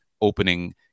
opening